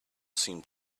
seemed